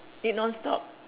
eat non-stop